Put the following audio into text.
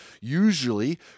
usually